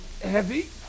heavy